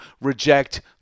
reject